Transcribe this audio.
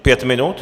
Pět minut?